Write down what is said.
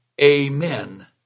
Amen